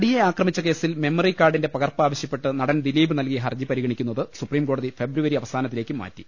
നടിയെ ആക്രമിച്ച കേസിൽ മെമ്മറി കാർഡിന്റെ പകർപ്പ് ആവശ്യപ്പെട്ട് നടൻ ദിലീപ് നൽകിയ ഹർജി പരിഗണിക്കുന്നത് സുപ്രീംകോടതി ഫെബ്രുവരി അവ്സാനവാരത്തിലേക്ക് മാറ്റി